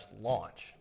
launch